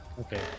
okay